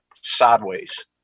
sideways